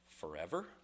forever